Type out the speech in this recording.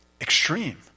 extreme